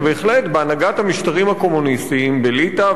בהנהגת המשטרים הקומוניסטיים בליטא ובהונגריה